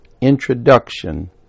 Introduction